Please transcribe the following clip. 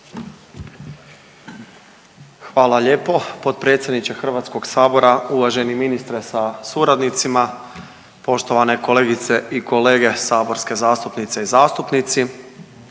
Hvala lijepo potpredsjedniče Hrvatskog sabora. Uvaženi ministre sa suradnicima, poštovane kolegice i kolege saborske zastupnice i zastupnici,